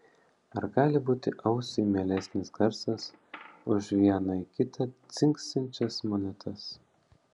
ar gali būti ausiai mielesnis garsas už viena į kitą dzingsinčias monetas